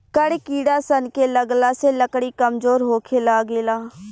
कड़ किड़ा सन के लगला से लकड़ी कमजोर होखे लागेला